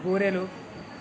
బూరెలు